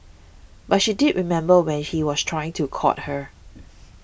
but she did remember when he was trying to court her